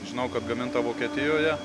žinau kad gaminta vokietijoje